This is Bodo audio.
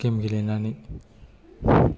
गेम गेलेनानै